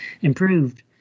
improved